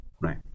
Right